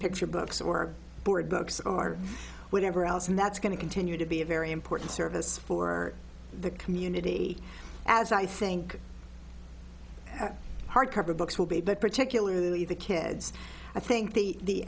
picture books or board books are whatever else and that's going to continue to be a very important service for the community as i think hardcover books will be but particularly the kids i think the